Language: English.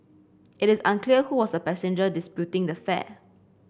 it is unclear who was the passenger disputing the fare